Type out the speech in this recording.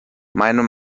meiner